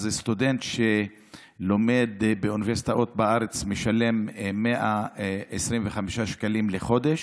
אז סטודנט שלומד באוניברסיטאות בארץ משלם 125 שקלים לחודש,